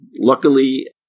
luckily